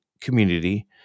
community